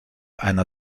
einer